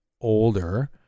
older